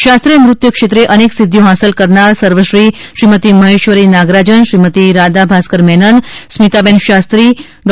શાસ્ત્રીય નૃત્ય ક્ષેત્રે અનેક સિદ્ધિઓ હાંસલ કરનાર શ્રીમતી મહેશ્વરી નાગરાજન શ્રીમતી રાદા ભાસ્કર મેનન શ્રી સ્મિતાબેન શાસ્ત્રી ડો